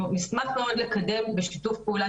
אנחנו נשמח מאוד לקדם בשיתוף פעולה,